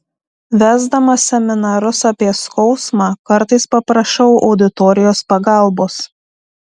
vesdamas seminarus apie skausmą kartais paprašau auditorijos pagalbos